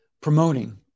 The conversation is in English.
Promoting